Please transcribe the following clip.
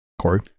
Corey